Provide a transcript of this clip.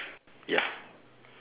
ya